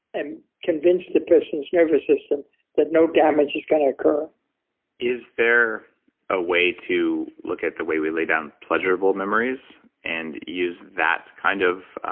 and convince the person's nervous system that no damage is going to occur is there a way to look at the way we lay down pleasurable memories, and use that kind of,